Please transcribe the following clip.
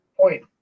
point